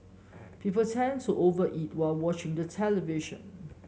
people tend to over eat while watching the television